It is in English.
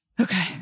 Okay